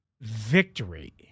victory